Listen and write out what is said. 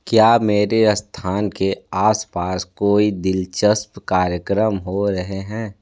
क्या मेरे स्थान के आसपास कोई दिलचस्प कार्यक्रम हो रहे हैं